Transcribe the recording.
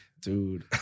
dude